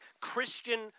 Christian